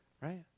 right